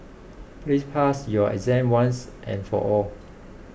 please pass your exam once and for all